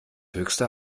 höchste